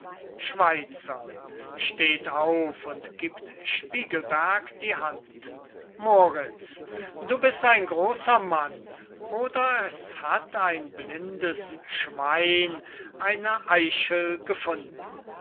hand moriz du bist ein grosser mann oder es hat ein blindes schwein eine eichel gefunden